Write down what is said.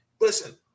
Listen